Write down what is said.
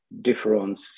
difference